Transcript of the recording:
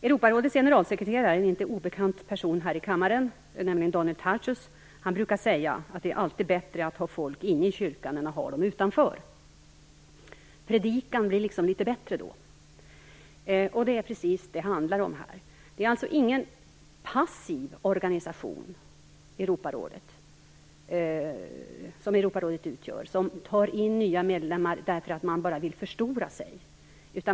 Europarådets generalsekreterare, en inte obekant person här i kammaren, nämligen Daniel Tarschys, brukar säga att det alltid är bättre att ha folk inne i kyrkan än att ha dem utanför. Predikan blir liksom litet bättre då. Det är precis vad det handlar om här. Europarådet är ingen passiv organisation som tar in nya medlemmar därför att man bara vill förstora sig.